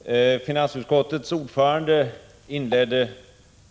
Herr talman! Finansutskottets ordförande inledde